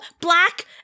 black